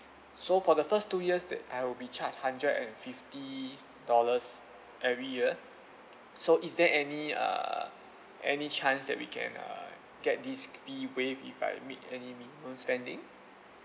so for the first two years that I will be charged a hundred and fifty dollars every year so is there any err any chance that we can err get this fee waived if I meet any minimum spending